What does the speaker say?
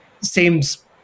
seems